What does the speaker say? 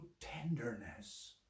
tenderness